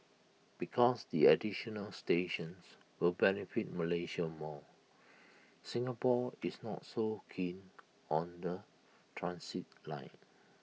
because the additional stations will benefit Malaysia more Singapore is not so keen on the transit line